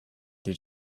did